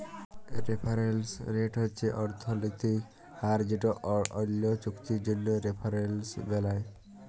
referrals rate হছে অথ্থলৈতিক হার যেট অল্য চুক্তির জ্যনহে রেফারেলস বেলায়